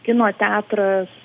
kino teatras